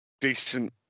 decent